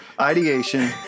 Ideation